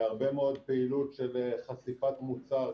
הרבה מאוד פעילות של חשיפת מוצר,